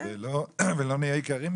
ולא מהיקרים יותר.